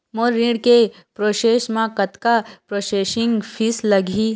मोर ऋण के प्रोसेस म कतका प्रोसेसिंग फीस लगही?